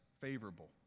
favorable